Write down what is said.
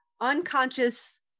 unconscious